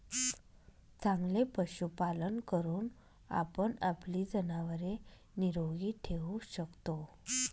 चांगले पशुपालन करून आपण आपली जनावरे निरोगी ठेवू शकतो